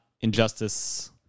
injustice